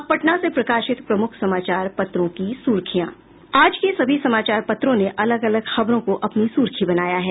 अब पटना से प्रकाशित प्रमुख समाचार पत्रों की सुर्खियां आज के सभी समाचार पत्रों ने अलग अलग खबरों को अपनी सुर्खी बनाया है